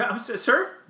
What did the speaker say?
Sir